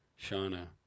Shauna